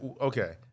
Okay